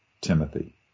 Timothy